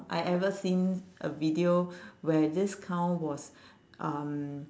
I ever seen a video where this cow was um